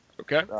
okay